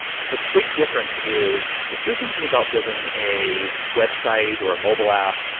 the big difference is if you're thinking about building a website, or a mobile app,